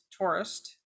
tourist